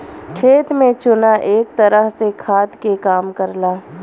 खेत में चुना एक तरह से खाद के काम करला